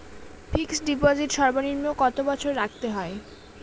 Fixed deposit সর্বনিম্ন কত বছর রাখতে হয়?